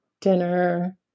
dinner